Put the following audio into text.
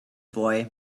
boy